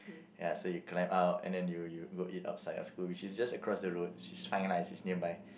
ya so you climb out and then you you go eat outside of school which is just across the road which is fine lah which is nearby